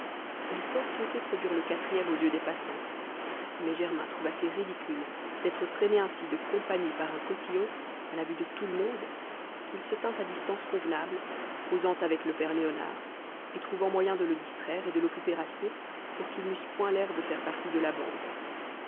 elle eût fort souhaité produire le quatrième aux yeux des passants mais germain trouva si ridicule d'être traîné ainsi de compagnie par un cotillon à la vue de tout le monde qu'il se tint à distance convenable causant avec le père léonard et trouvant moyen de le distraire et de l'occuper assez pour qu'ils n'eussent point l'air de faire partie de la bande